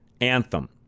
anthem